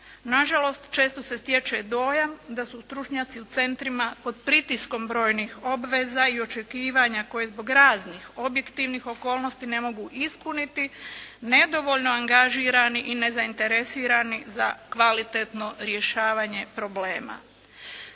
Nažalost često se stječe dojam da su stručnjaci u centrima pod pritiskom brojnih obveza i očekivanja koja zbog raznih objektivnih okolnosti ne mogu ispuniti nedovoljno angažirani i nezainteresirani za kvalitetno rješavanje problema.